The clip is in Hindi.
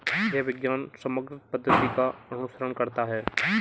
यह विज्ञान समग्र पद्धति का अनुसरण करता है